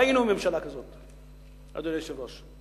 והיינו עם ממשלה כזאת, אדוני היושב-ראש.